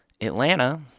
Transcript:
Atlanta